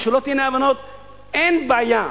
אין בעיה,